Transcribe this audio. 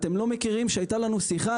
אתם לא מכירים שהייתה לנו שיחה,